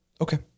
okay